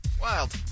Wild